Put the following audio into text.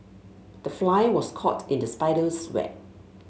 the fly was caught in the spider's web